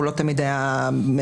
הוא לא תמיד היה טוב,